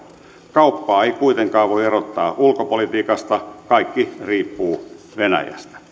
kauppaa ei kuitenkaan voi erottaa ulkopolitiikasta kaikki riippuu venäjästä